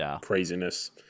craziness